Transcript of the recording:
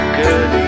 good